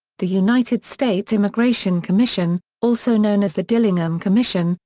the united states immigration commission, also known as the dillingham commission,